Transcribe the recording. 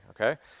okay